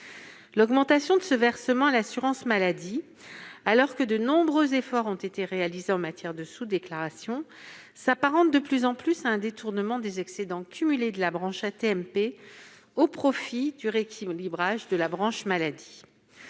L'augmentation de ce versement à l'assurance maladie, alors que de nombreux efforts ont été réalisés en matière de sous-déclaration, s'apparente de plus en plus à un détournement des excédents cumulés de la branche AT-MP au profit du rééquilibrage de la branche maladie.